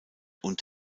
und